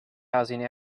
housing